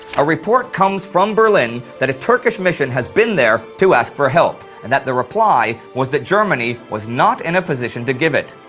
a report comes from berlin that a turkish mission has been there to ask for help, and that the reply was that germany was not in a position to give it.